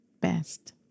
best